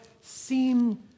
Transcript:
seem